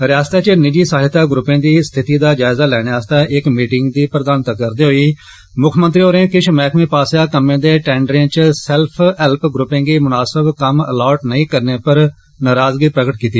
रियासता च नीजि सहायता ग्रुपें दी स्थिति दा जायज़ा लैने आस्तै इक मीटिंग दी प्रधानता करदे होई मुक्खमंत्री होरें किश महंकमें पास्सेआ कम्में दे टैन्डरें च सैल्फ हैल्प ग्रूपें गी मुनासब कम्म अलाट नेईं करने पर नाराज़गी प्रगट कीती